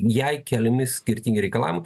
jai keliami skirtingi reikalavimai